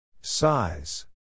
Size